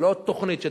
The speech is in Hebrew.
זו לא תוכנית שתבוצע,